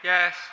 Yes